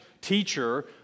teacher